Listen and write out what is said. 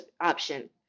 option